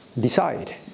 decide